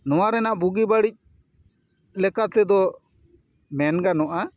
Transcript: ᱱᱚᱣᱟ ᱨᱮᱱᱟᱜ ᱵᱩᱜᱤ ᱵᱟᱹᱲᱤᱡ ᱞᱮᱠᱟ ᱛᱮᱫᱚ ᱢᱮᱱ ᱜᱟᱱᱚᱜᱼᱟ